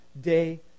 day